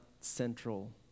central